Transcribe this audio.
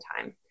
time